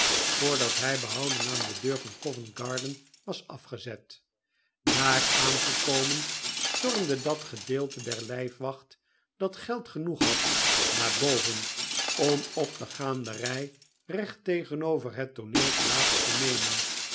voordat hij behouden aan de deur van oovent garden was afgezet daar aangekomen stormde dat gedeelte der lijfwaeht dat geld genoeg had naar boven om op de gaanderij recht tegenover het tooneel plaats te nemen